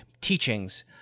teachings